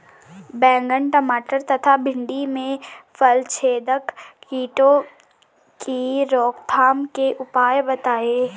बैंगन टमाटर तथा भिन्डी में फलछेदक कीटों की रोकथाम के उपाय बताइए?